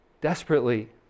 desperately